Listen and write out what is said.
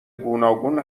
گوناگون